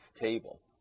table